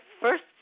first